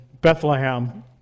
Bethlehem